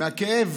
מהכאב